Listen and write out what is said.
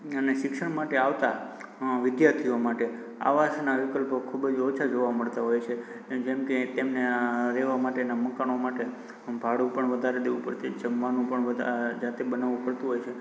અને શિક્ષણ માટે આવતા અ વિદ્યાર્થીઓ માટે આવાસના વિકલ્પો ખૂબ જ ઓછા જોવા મળતા હોય છે જેમ કે તેમને રહેવાં માટેના મકાનો માટે ભાડું પણ વધારે દેવું પડતું હોય જમવાનું પણ જાતે બનાવવું પડતું હોય છે